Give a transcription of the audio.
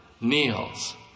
kneels